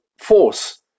force